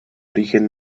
origen